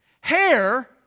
Hair